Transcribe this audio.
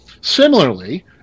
Similarly